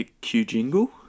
Q-Jingle